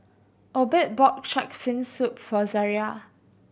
Obed bought Shark's Fin Soup for Zariah